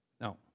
No